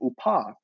UPA